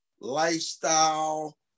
lifestyle